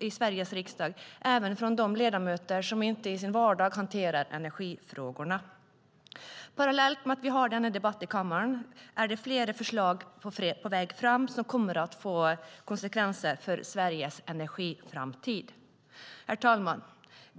i Sveriges riksdag - även från de ledamöter som i sin vardag inte hanterar energifrågorna. Parallellt med att vi har denna debatt i kammaren är flera förslag på väg fram som kommer att få konsekvenser för Sveriges energiframtid. Herr talman!